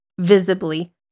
visibly